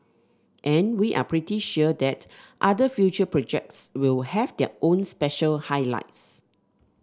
and we are pretty sure that other future projects will have their own special highlights